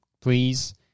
please